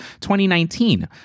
2019